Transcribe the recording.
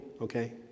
okay